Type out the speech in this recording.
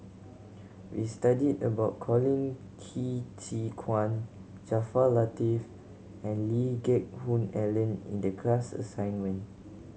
we studied about Colin Qi Zhe Quan Jaafar Latiff and Lee Geck Hoon Ellen in the class assignment